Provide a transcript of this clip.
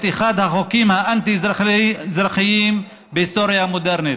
את אחד החוקים האנטי-אזרחיים בהיסטוריה המודרנית,